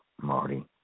Marty